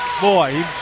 Boy